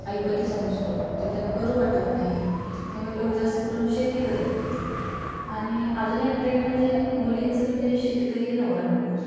आयपतीचा नसतो ते त्यांना करू वाटत नाही त्यामुळे लोक जास्त करून शेती करत नाहीत आणि अजून एक ट्रेंड म्हणजे मुलींचं म्हणजे शेतकरी नवरा नको असतो